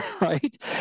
right